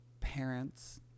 parents